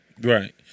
Right